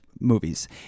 movies